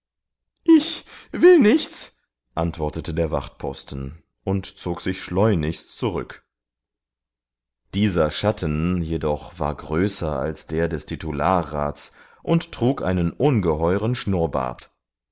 ich will nichts antwortete der wachtposten und zog sich schleunigst zurück dieser schatten jedoch war größer als der des titularrats und trug einen ungeheuren schnurrbart